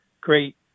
great